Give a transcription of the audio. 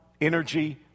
energy